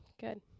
good